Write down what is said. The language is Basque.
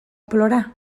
polora